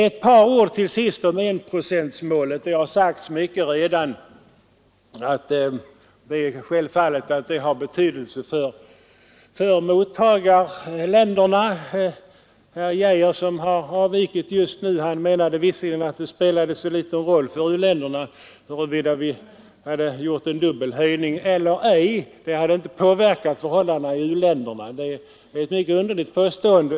Ett par ord till sist om enprocentsmålet. Det har redan flera gånger sagts att detta självfallet har betydelse för mottagarländerna. Herr Geijer — som har avvikit just nu — menade att det spelade så liten roll för u-länderna huruvida vi hade gjort en dubbel höjning eller ej; det hade inte påverkat förhållandena i u-länderna, menade han. Detta är ett mycket underligt påstående.